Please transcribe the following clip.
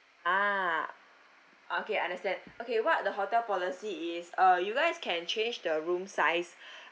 ah okay I understand okay what the hotel policy is uh you guys can change the room size